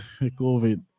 COVID